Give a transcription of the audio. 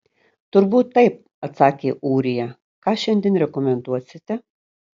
turbūt taip atsakė ūrija ką šiandien rekomenduosite